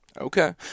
okay